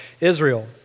Israel